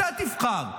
אתה תבחר.